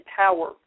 power